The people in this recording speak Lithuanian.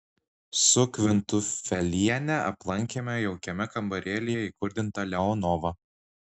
su kvintufeliene aplankėme jaukiame kambarėlyje įkurdintą leonovą